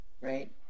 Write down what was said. right